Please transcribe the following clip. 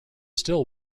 still